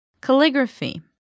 Calligraphy